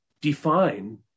define